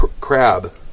crab